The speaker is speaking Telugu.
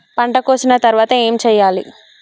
పంట కోసిన తర్వాత ఏం చెయ్యాలి?